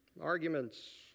arguments